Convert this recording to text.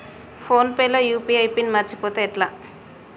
Phone pay లో UPI pin మరచిపోతే ఎట్లా?